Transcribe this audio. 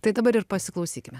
tai dabar ir pasiklausykime